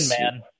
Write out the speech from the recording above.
man